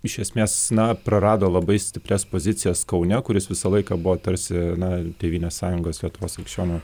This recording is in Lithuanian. iš esmės na prarado labai stiprias pozicijas kaune kuris visą laiką buvo tarsi na tėvynės sąjungos lietuvos krikščionių